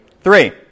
Three